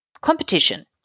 competition